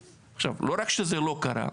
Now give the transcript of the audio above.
עכשיו, לא רק שזה לא קרה,